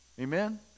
Amen